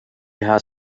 has